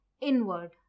Inward